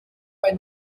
bei